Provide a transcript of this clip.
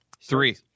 Three